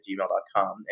gmail.com